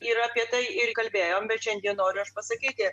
ir apie tai ir kalbėjom bet šiandien noriu aš pasakyti